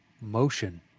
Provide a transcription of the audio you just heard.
motion